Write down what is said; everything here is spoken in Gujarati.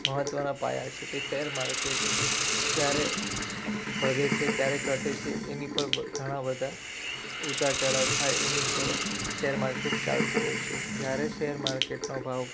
મહત્ત્વના પાયા છે કે શેર માર્કેટ ક્યારે વધે છે ક્યારે ઘટે છે એની પર ઘણા બધા ઉતાર ચડાવ થાય એની પણ શેર માર્કેટ ચાલતુ હોય છે જ્યારે શેર માર્કેટનો ભાવ